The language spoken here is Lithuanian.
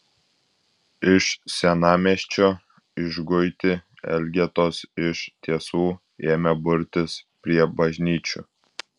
iš senamiesčio išguiti elgetos iš tiesų ėmė burtis prie bažnyčių